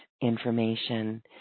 information